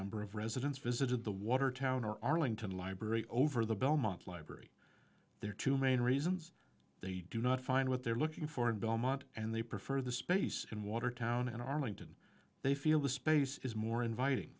number of residents visited the watertown or arlington library over the belmont library there are two main reasons they do not find what they're looking for in belmont and they prefer the space in watertown and arming to they feel the space is more inviting